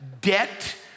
debt